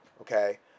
okay